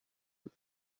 بوده